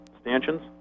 stanchions